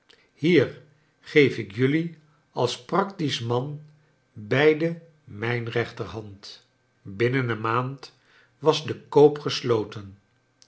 hier geef ik jullie als praktisch man beiden m ij n rechter hand binnen een maand was de koop gesloten